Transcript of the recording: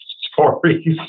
stories